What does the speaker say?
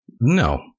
No